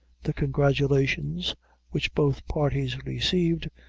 the congratulations which both parties received,